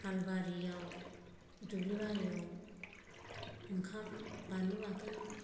हालबारियाव दुब्लिबारियाव ओंखाम बानलु बाथोन